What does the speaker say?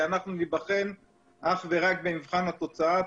ואנחנו נבחן אך ורק במבחן התוצאה.